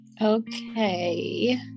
Okay